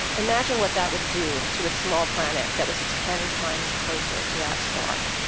imagine what that would do to a small planet that was ten times closer to that star.